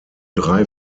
drei